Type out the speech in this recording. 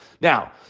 now